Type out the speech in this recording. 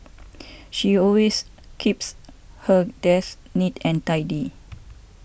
she always keeps her desk neat and tidy